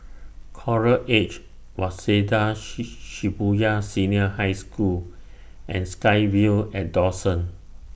Coral Edge Waseda Shibuya Senior High School and SkyVille At Dawson